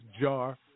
jar